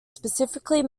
specifically